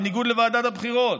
בניגוד לוועדת הבחירות,